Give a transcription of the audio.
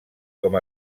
com